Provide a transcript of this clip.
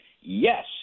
Yes